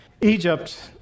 Egypt